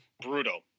brutal